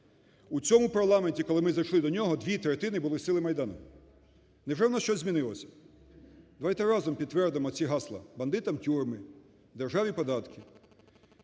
У цьому парламенті, коли ми зайшли до нього, дві третини були сили Майдану. Невже в нас щось змінилося? Давайте разом підтвердимо ці гасла: "Бандитам – тюрми", "Державі – податки".